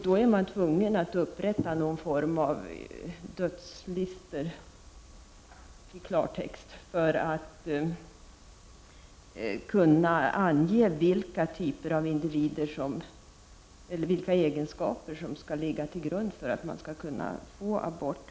Då är man tvungen att upprätta någon form av dödslistor, för att uttrycka det i klartext, för att kunna ange vilka egenskaper som skall ligga till grund för att man skall kunna få abort.